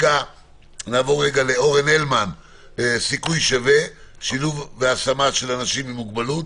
נעבור לאורן הלמן מסיכוי שווה שילוב והשמה של אנשים עם מוגבלות.